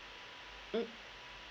mm